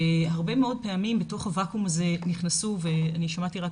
הרבה מאוד פעמים לתוך הוואקום הזה נכנס ואני שמעתי רק